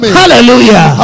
hallelujah